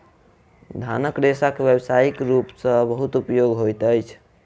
धानक रेशा के व्यावसायिक रूप सॅ बहुत उपयोग होइत अछि